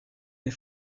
les